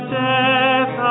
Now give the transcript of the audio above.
death